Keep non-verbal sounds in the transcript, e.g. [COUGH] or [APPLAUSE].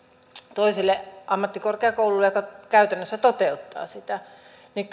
toiselle ammattikorkeakoululle kuin joka käytännössä toteuttaa sitä niin [UNINTELLIGIBLE]